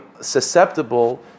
susceptible